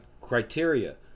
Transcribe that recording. criteria